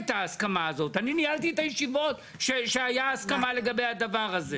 אני ניהלתי את הישיבות שהיה ההסכמה לגבי הדבר הזה.